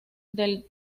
del